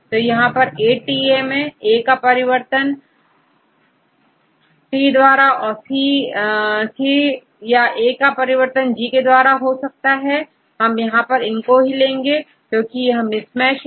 तो यहATA है यहांA का परिवर्तनT टी द्वारा और C याA का परिवर्तनG द्वारा हो जाता है हम यहां पर इनको ही लेंगे क्योंकि यह मिसमैच हैं